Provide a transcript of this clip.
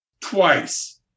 Twice